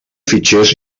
fitxers